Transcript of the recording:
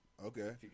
Okay